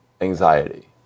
anxiety